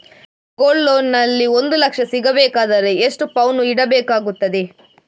Gold loan ನಲ್ಲಿ ಒಂದು ಲಕ್ಷ ಸಿಗಬೇಕಾದರೆ ಎಷ್ಟು ಪೌನು ಇಡಬೇಕಾಗುತ್ತದೆ?